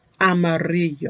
amarillo